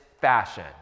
fashion